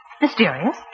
Mysterious